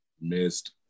missed